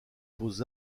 beaux